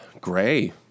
Gray